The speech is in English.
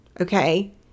okay